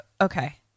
Okay